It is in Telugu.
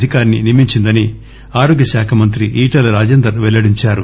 అధికారిని నియమించిందని ఆరోగ్యశాఖ మంత్రి ఈటల రాజేందర్ పెల్లడించారు